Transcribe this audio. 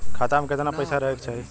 खाता में कितना पैसा रहे के चाही?